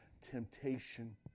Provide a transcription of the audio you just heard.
temptation